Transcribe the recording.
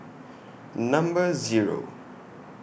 Number Zero